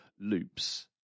loops